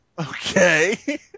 Okay